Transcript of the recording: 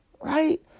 right